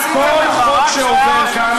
כל חוק שעובר כאן,